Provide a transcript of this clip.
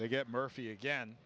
they get murphy again